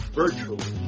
virtually